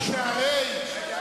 אליה.